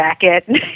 jacket